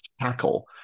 tackle